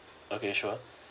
okay sure